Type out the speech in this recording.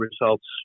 results